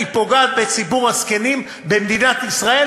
היא פוגעת בציבור הזקנים במדינת ישראל,